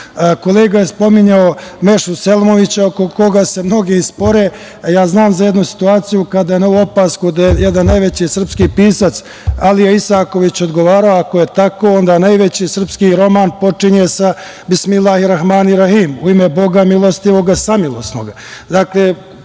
je spominjao Mešu Selimovića, oko koga se mnogi spore, a ja znam za jednu situaciju kada je na ovu opasku da je jedan od najvećih srpskih pisaca, Alija Isaković odgovarao – ako je tako, onda najveći srpski roman počinje sa: „Bismillahi Rahmani Rahim“, „U ime Boga milostivoga samilosnoga“,